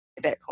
Bitcoin